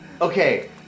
Okay